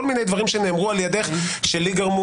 כל מיני דברים שנאמרו על ידך שלי גרמו